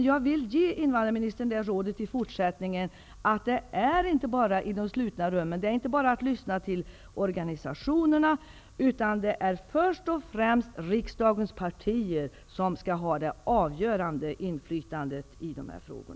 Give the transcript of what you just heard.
Jag vill dock ge invandrarministern rådet att det inte bara är att lyssna till vad som sägs i de slutna rummen och inom organisationerna. Det är först och främst riksdagens partier som skall ha det avgörande inflytandet i dessa frågor.